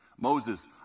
Moses